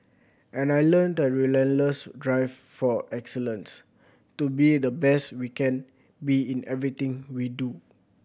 and I learnt a relentless drive for excellence to be the best we can be in everything we do